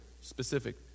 specific